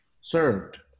Served